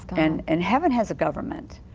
and and heaven has a government,